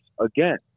Again